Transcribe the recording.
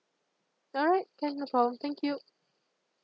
alright can no problem thank you